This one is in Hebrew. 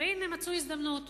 והנה הם מצאו הזדמנות.